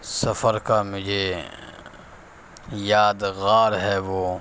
سفر کا مجھے یادگار ہے وہ